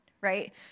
right